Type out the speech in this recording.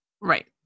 Right